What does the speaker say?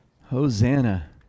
Hosanna